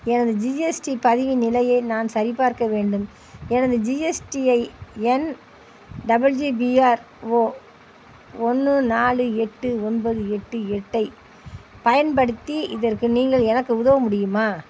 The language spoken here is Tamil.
எனது ஜிஎஸ்டி பதிவின் நிலையை நான் சரிபார்க்க வேண்டும் எனது GSTIN double G B R O ஒன்று நாலு எட்டு ஒன்பது எட்டு எட்டை பயன்படுத்தி இதற்கு நீங்கள் எனக்கு உதவ முடியுமா